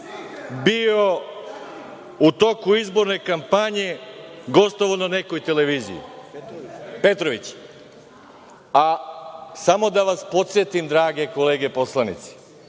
u toku izborne kampanje gostovao na nekoj televiziji, Petrović. Samo da vas podsetim drage kolege poslanici,